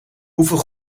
hoeveel